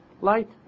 light